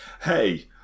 hey